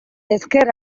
ezker